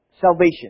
salvation